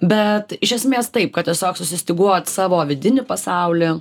bet iš esmės taip kad tiesiog susistyguot savo vidinį pasaulį